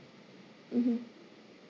mmhmm